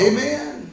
Amen